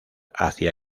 hacia